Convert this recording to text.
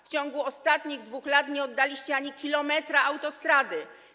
W ciągu ostatnich 2 lat nie oddaliście ani kilometra autostrady.